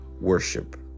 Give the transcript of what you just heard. worship